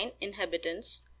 Inhabitants